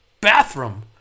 bathroom